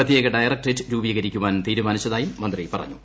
പ്രത്യേക ഡയറക്ട്രേറ്റ് രൂപീകരിക്കാൻ തീരുമാനിച്ചതായും മന്ത്രി പറഞ്ഞു